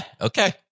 okay